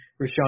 Rashawn